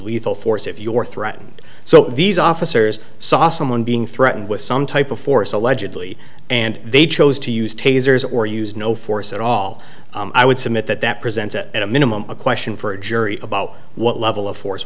lethal force if your threatened so these officers saw someone being threatened with some type of force allegedly and they chose to use tasers or use no force at all i would submit that that presents at a minimum a question for a jury about what level of force